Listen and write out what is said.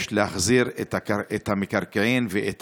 יש להחזיר את המקרקעין ואת